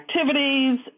activities